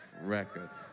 records